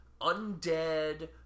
undead